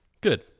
Good